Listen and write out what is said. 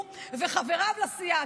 הוא וחבריו לסיעה,